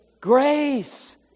grace